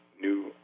new